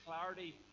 clarity